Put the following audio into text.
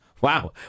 Wow